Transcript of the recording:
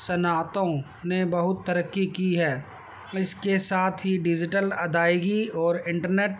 صنعتوں نے بہت ترقی کی ہے اس کے ساتھ ہی ڈیجیٹل ادائیگی اور انٹرنیٹ